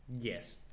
Yes